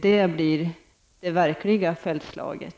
Det blir det verkliga fältslaget.